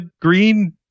green